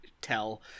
tell